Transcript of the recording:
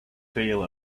feel